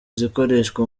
zikoreshwa